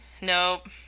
Nope